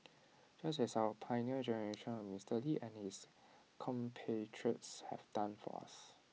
just as our Pioneer Generation of Mister lee and his compatriots have done for us